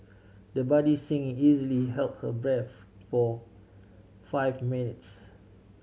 the budding singer easily held her breath for five minutes